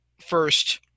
first